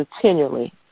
continually